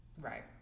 Right